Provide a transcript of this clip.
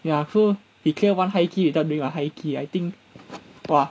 ya so he clear one high key without doing a high key I think !wah!